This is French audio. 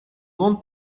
grande